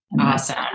Awesome